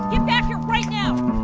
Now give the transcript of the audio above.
and right now!